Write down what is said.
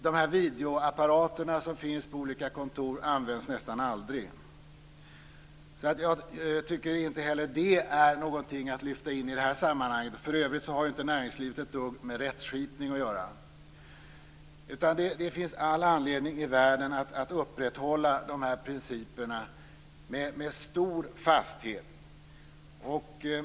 De videoapparater som finns på olika kontor används nästan aldrig. Jag tycker inte heller det är någonting att lyfta in i det här sammanhanget. För övrigt har inte näringslivet ett dugg med rättskipning att göra. Det finns all anledning i världen att upprätthålla de här principerna med stor fasthet.